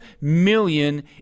million